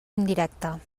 indirecta